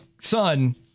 son